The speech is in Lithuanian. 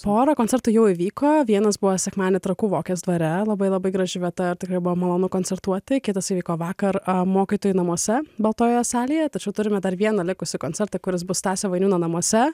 pora koncertų jau įvyko vienas buvo sekmadienį trakų vokės dvare labai labai graži vieta ir tikrai buvo malonu koncertuoti kitas įvyko vakar mokytojų namuose baltojoje salėje tačiau turime dar vieną likusį koncertą kuris bus stasio vainiūno namuose